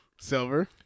Silver